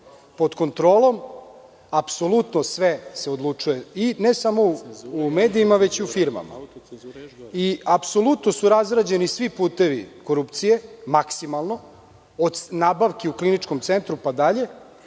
Pod kontrolom, apsolutno sve se odlučuje, i ne samo u medijima, već i u firmama i apsolutno su razrađeni svi putevi korupcije, maksimalno od nabavki u kliničkom centru pa dalje. Dakle,